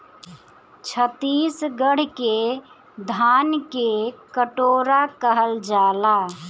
छतीसगढ़ के धान के कटोरा कहल जाला